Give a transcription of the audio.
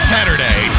Saturday